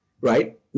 right